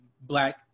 black